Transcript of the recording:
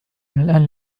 الآن